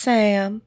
Sam